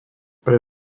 pre